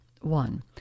One